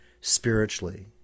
spiritually